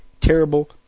terrible